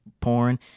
porn